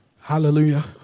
Hallelujah